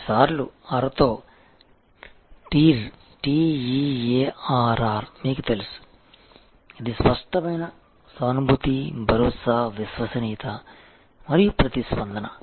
రెండుసార్లు R తో TEARR మీకు తెలుసు ఇది స్పష్టమైన సానుభూతి భరోసా విశ్వసనీయత మరియు ప్రతిస్పందన